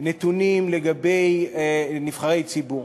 נתונים לגבי נבחרי ציבור.